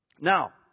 Now